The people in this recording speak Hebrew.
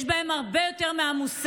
יש בהן הרבה יותר מהמוסר.